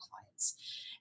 clients